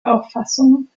auffassungen